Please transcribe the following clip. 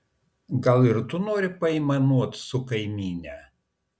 gal ir tu nori paaimanuot su kaimyne